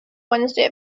wednesday